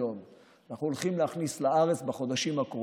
שצריכים להתייחס אליה בצורה קצת